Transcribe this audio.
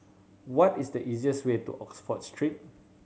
what is the easiest way to Oxford Street